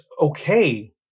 okay